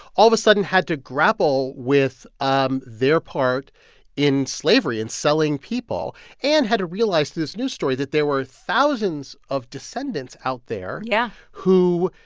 all of a sudden, had to grapple with um their part in slavery and selling people and had to realize through this news story that there were thousands of descendants out there. yeah. who